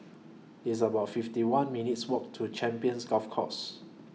It's about fifty one minutes' Walk to Champions Golf Course